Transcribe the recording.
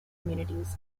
communities